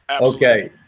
Okay